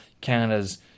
Canada's